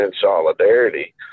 solidarity